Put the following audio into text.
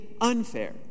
unfair